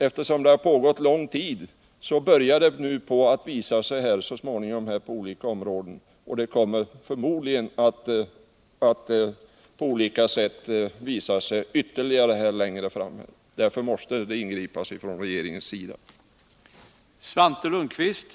Eftersom det har varit så under lång tid börjar effekterna så småningom att visa sig på olika områden, och förmodligen kommer de att bli ännu mer märkbara längre fram. Därför måste regeringen ingripa.